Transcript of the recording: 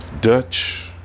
Dutch